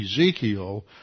Ezekiel